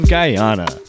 Guyana